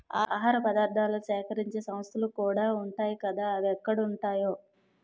ఆహార పదార్థాలను సేకరించే సంస్థలుకూడా ఉంటాయ్ కదా అవెక్కడుంటాయో